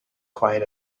quiet